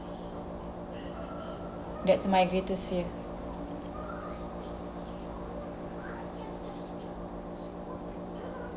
that's my greatest fear